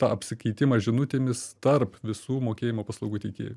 tą apsikeitimą žinutėmis tarp visų mokėjimo paslaugų teikėjų